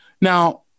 now